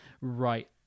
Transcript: right